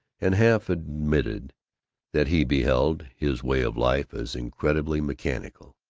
and half admitted that he beheld, his way of life as incredibly mechanical.